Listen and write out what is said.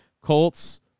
Colts